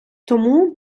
тому